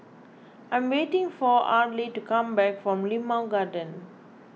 I am waiting for Arly to come back from Limau Garden